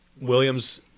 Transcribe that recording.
Williams